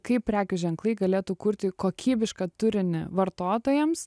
kaip prekių ženklai galėtų kurti kokybišką turinį vartotojams